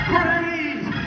Praise